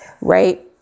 Right